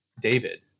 David